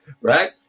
right